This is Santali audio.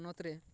ᱦᱚᱱᱚᱛ ᱨᱮ